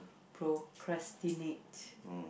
procrastinate